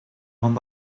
van